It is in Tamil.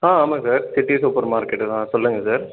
ஆ ஆமாம் சார் சிட்டி சூப்பர் மார்க்கெட்டு தான் சொல்லுங்கள் சார்